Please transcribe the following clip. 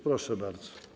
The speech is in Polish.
Proszę bardzo.